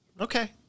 okay